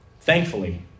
thankfully